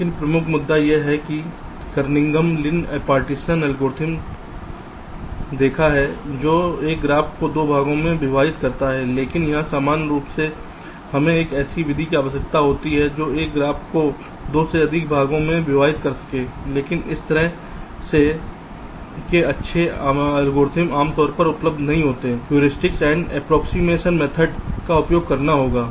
लेकिन प्रमुख मुद्दा यह है कि हमने कार्निगन लिन विभाजन एल्गोरिथ्म देखा है जो एक ग्राफ को दो भागों में विभाजित करता है लेकिन यहां सामान्य रूप से हमें एक ऐसी विधि की आवश्यकता होती है जो एक ग्राफ को दो से अधिक भागों में विभाजित कर सके लेकिन इस तरह के अच्छे एल्गोरिदम आमतौर पर उपलब्ध नहीं होते हैं हमें ह्यूरिस्टिक्स और एप्रोक्सीमेशन विधियों का उपयोग करना होगा